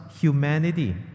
humanity